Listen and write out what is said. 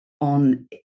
on